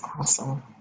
awesome